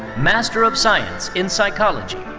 master of science in psychology.